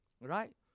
right